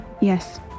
Yes